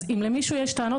אז אם למישהו יש טענות,